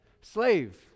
slave